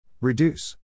Reduce